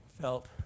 felt